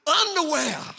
underwear